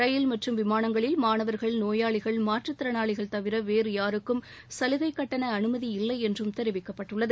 ரயில் மற்றும் விமானங்களில் மாணவர்கள் நோயாளிகள் மாற்றுத்திறனாளிகள் தவிர வேறு யாருக்கும் சலுகை கட்டண அனுமதி இல்லை என்றும் தெரிவிக்கப்பட்டுள்ளது